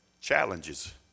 challenges